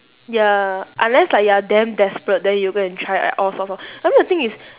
ya unless like you are damn desperate then you'll go and try like all sorts of I mean the thing is